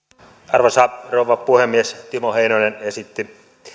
arvoisa rouva puhemies timo heinonen esitti